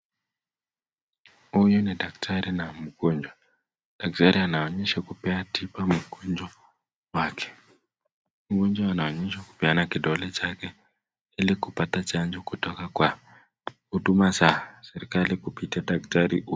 Huyu ni daktari na mgonjwa. Daktari anaonyesha kupea mgonjwa tiba wake. Mgonjwa anaonyeshwa kupeana kidole chake ili kupata chanjo kutoka kwa huduma za serikali kupita daktari huyu.